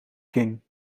king